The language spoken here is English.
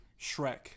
Shrek